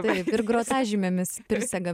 taip ir grotažymėmis prisegam